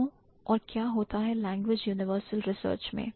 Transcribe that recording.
क्यों और क्या होता है language universal research में